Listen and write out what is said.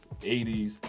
80s